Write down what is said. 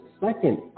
second